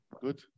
good